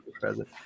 present